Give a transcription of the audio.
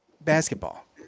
basketball